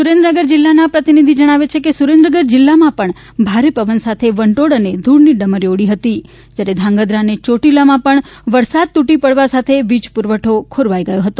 સુરેન્દ્રનગર જિલ્લાના પ્રતિનિધિ જણાવે છે કે સુરેન્દ્રનગર જિલ્લામાં પણ ભારે પવન સાથે વંટોળ અને ધૂળની ડમરીઓ ઉડી હતી જ્યારે ધ્રાંગધ્રા અને ચોટીલામાં પણ વરસાદ તૂટી પડવા સાથે વીજ પુરવઠો ખોરવાઇ ગયો હતો